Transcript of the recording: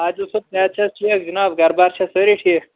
عادِل صٲب صحت چھِ حظ ٹھیٖک جِناب گرٕ بار چھا سٲری ٹھیٖک